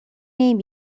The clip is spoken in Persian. نمی